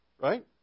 right